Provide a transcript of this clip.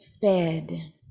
fed